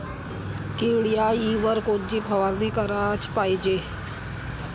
किड्याइवर कोनची फवारनी कराच पायजे?